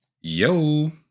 yo